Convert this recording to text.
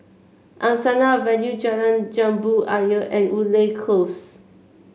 Angsana Avenue Jalan Jambu Ayer and Woodleigh Close